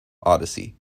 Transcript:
odyssey